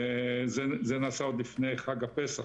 זה נעשה עוד לפני חג הפסח.